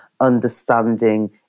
understanding